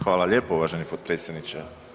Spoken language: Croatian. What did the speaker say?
Hvala lijepo uvaženi potpredsjedniče.